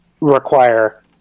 require